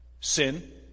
Sin